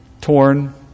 torn